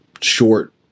short